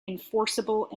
enforceable